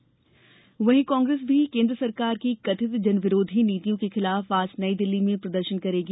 कांग्रेस प्रदर्शन वहीं कांग्रेस भी केंद्र सरकार की कथित जनविरोधी नीतियों के खिलाफ आज नई दिल्ली में प्रदर्शन करेगी